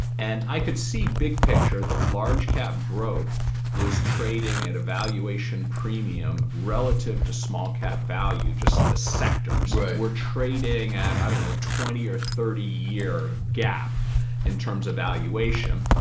and i could see big picture, the large cap growth was trading at a valuation premium relative to small cap value. just the sectors were trading at i don't know twenty or thirty year gap in terms of valuation.